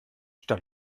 stadt